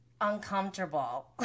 uncomfortable